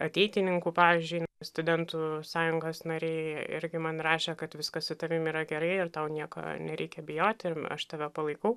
ateitininkų pavyzdžiui studentų sąjungos nariai irgi man rašė kad viskas su tavim yra gerai ir tau nieko nereikia bijoti ir aš tave palaikau